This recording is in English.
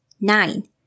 nine